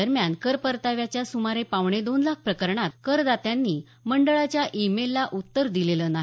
दरम्यान करपरताव्याच्या सुमारे पावणे दोन लाख प्रकरणात करदात्यांनी मंडळाच्या ई मेलला उत्तर दिलेलं नाही